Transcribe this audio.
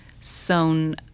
sewn